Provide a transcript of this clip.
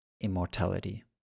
Immortality